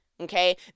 okay